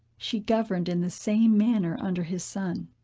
she governed in the same manner under his son.